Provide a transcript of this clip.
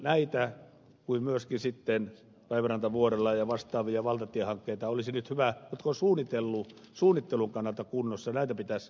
näitä kuten myöskin sitten päivärantavuorela ja vastaavia valtatiehankkeita olisi hyvä nyt kun ne ovat suunnittelun kannalta kunnossa aientaa